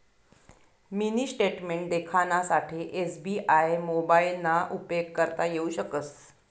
mini statement देखानासाठे SBI मोबाइलना उपेग करता येऊ शकस